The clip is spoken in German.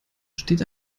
steht